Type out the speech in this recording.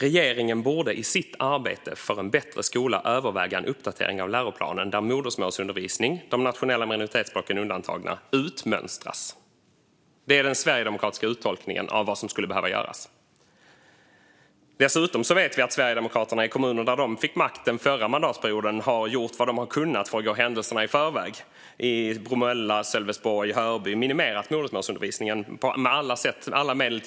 - Regeringen borde i sitt arbete för en bättre skola överväga en uppdatering av läroplanen där modersmålsundervisning, de nationella minoritetsspråken undantagna, utmönstras." Det är den sverigedemokratiska uttolkningen av vad som skulle behöva göras. Dessutom har Sverigedemokraterna i kommuner där de fick makten förra mandatperioden gjort vad de kunnat för att gå händelserna i förväg. I Bromölla, Sölvesborg och Hörby har man minimerat modersmålsundervisningen med alla tillgängliga medel.